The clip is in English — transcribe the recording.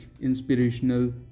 inspirational